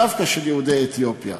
דווקא של יהודי אתיופיה.